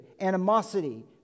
animosity